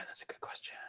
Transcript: that's a good question.